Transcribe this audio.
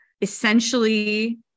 essentially